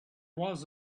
was